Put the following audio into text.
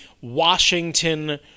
Washington